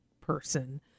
person